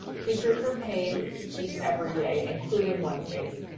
teachers are paid to teach every day including wednesdays.